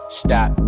stop